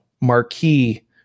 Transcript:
marquee